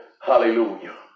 Hallelujah